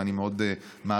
ואני מאוד מעריך,